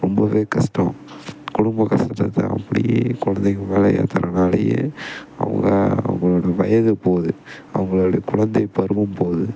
ரொம்பவே கஷ்டம் குடும்ப கஷ்டத்த அப்படியே கொழந்தைங்க மேலே ஏற்றுறனாலயே அவங்க அவங்களோட வயது போது அவங்களுடைய குழந்தை பருவம் போது